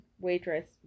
waitress